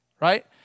Right